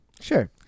Sure